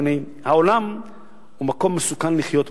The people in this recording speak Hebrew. אדוני: "העולם הוא מקום מסוכן לחיות בו.